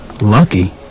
Lucky